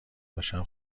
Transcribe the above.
باشم